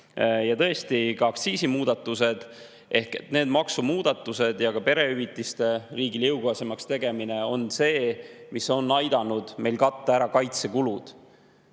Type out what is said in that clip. ja tõesti ka aktsiisimuudatused. Need maksumuudatused ja perehüvitiste riigile jõukohasemaks tegemine on aidanud meil katta ära kaitsekulud.